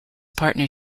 partner